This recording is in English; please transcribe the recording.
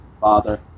father